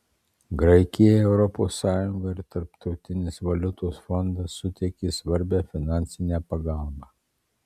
graikijai europos sąjunga ir tarptautinis valiutos fondas suteikė svarbią finansinę pagalbą